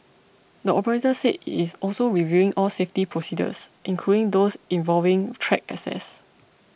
the operator said it is also reviewing all safety procedures including those involving track access